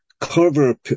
cover